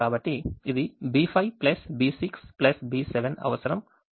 కాబట్టి ఇది B5 B6 B7 అవసరం 30